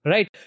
Right